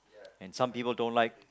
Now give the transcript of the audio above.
and some people don't like